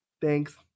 Thanks